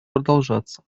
продолжаться